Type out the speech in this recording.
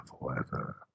forever